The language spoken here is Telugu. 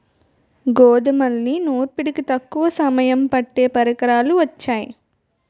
గోధుమల్ని నూర్పిడికి తక్కువ సమయం పట్టే పరికరాలు వొచ్చాయి